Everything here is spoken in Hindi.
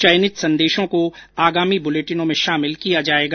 चयनित संदेशों को आगामी बुलेटिनों में शामिल किया जाएगा